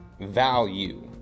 value